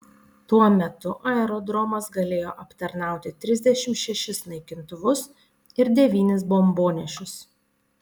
tuo metu aerodromas galėjo aptarnauti trisdešimt šešis naikintuvus ir devynis bombonešius